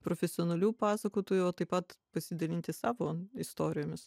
profesionalių pasakotojų o taip pat pasidalinti savo istorijomis